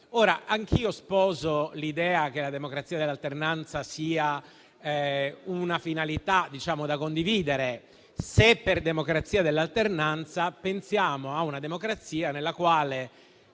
anch'io sposo l'idea che la democrazia dell'alternanza sia una finalità da condividere, per così dire, ma soltanto se per democrazia dell'alternanza pensiamo a una democrazia nella quale,